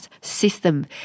system